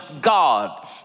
God